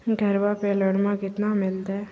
घरबा पे लोनमा कतना मिलते?